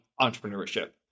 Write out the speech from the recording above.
entrepreneurship